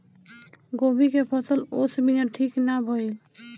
गोभी के फसल ओस बिना ठीक ना भइल